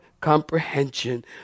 comprehension